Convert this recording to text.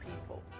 people